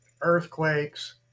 earthquakes